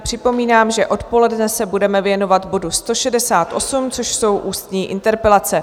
Připomínám, že odpoledne se budeme věnovat bodu 168, což jsou ústní interpelace.